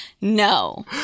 no